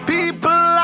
People